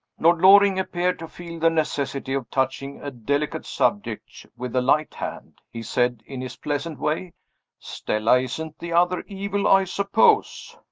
lord loring appeared to feel the necessity of touching a delicate subject with a light hand. he said, in his pleasant way stella isn't the other evil, i suppose?